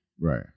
Right